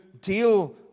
deal